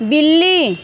बिल्ली